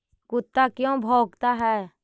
कुत्ता क्यों भौंकता है?